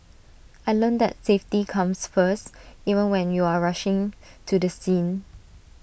I learnt that safety comes first even when you are rushing to the scene